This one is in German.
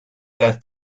erst